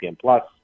plus